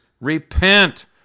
repent